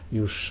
już